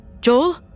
Joel